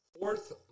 fourth